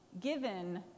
given